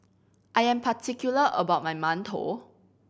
I am particular about my mantou